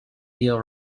deal